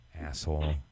Asshole